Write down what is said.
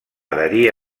adherir